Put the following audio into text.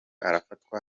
arafatwa